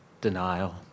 denial